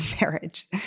marriage